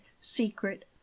secret